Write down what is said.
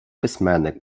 письменник